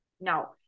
no